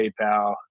PayPal